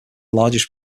largest